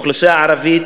האוכלוסייה הערבית,